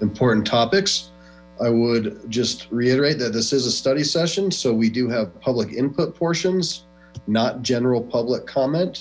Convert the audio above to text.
important topics i would just reiterate that this is a study session so we do have public input portions not general public comment